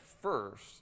first